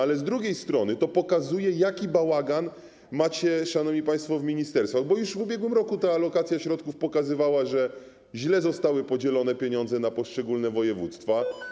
Ale z drugiej strony to pokazuje, jaki bałagan macie, szanowni państwo, w ministerstwach, bo już w ubiegłym roku ta alokacja środków pokazywała, że źle zostały podzielone pieniądze na poszczególne województwa.